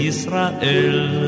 Israel